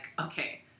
okay